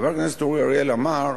חבר הכנסת אורי אריאל אמר: